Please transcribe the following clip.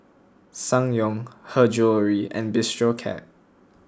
Ssangyong Her Jewellery and Bistro Cat